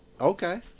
Okay